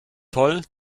toll